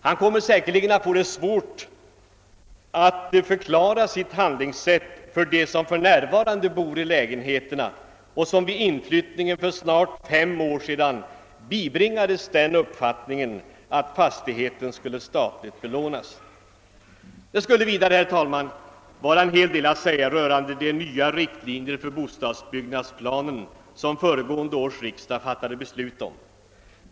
Han kommer säkerligen att få synnerligen svårt att förklara sitt handlingssätt för dem som för närvarande bor i lägenheterna och som vid inflyttningen för snart fem år sedan bibringades den uppfattningen att fastigheten skulle statligt belånas. Det skulle vidare vara en hel del att säga om de nya riktlinjer för bostadsbyggnadsplanen som föregående års riksdag fattade beslut om.